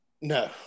no